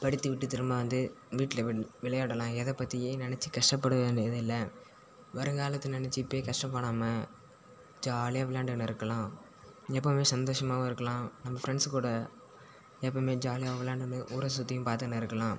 படித்து விட்டு திரும்ப வந்து வீட்டில் விளையாடலாம் எதை பற்றியும் நெனைச்சு கஷ்டப்பட வேண்டியதில்லை வருங்காலத்தை நெனச்சு இப்போயே கஷ்டப்படாமல் ஜாலியாக விளையாண்டுனு இருக்கலாம் எப்போதுமே சந்தோஷமாக்வும் இருக்கலாம் நம்ம ஃப்ரெண்ட்ஸ் கூட எப்போயுமே ஜாலியாக விளாண்டுனு ஊரை சுற்றி பார்த்துக்கினு இருக்கலாம்